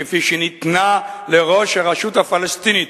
כפי שניתנה לראש הרשות הפלסטינית,